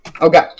Okay